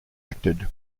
acted